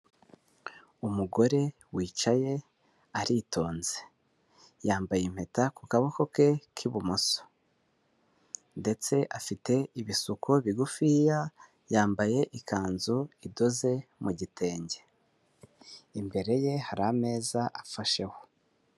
Umugore wicaye aritonze. Yambaye impeta ku kaboko ke k'ibumoso. Ndetse afite ibisuko bigufiya, yambaye ikanzu idoze mu gitenge. Imbere ye hari ameza afasheho.